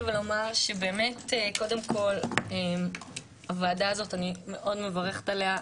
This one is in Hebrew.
שקודם כול אני מאוד מברכת על הוועדה הזאת,